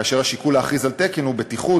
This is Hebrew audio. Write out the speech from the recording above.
והשיקול להכריז על תקן הוא בטיחות,